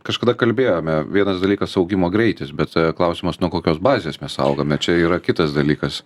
kažkada kalbėjome vienas dalykas augimo greitis bet klausimas nuo kokios bazės mes augame čia yra kitas dalykas